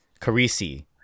Carisi